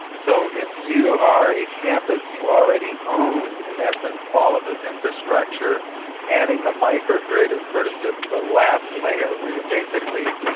so if you are a campus, you already own in essence all of this infrastructure, and adding the micro-grid is sort of just the last layer where you are basically,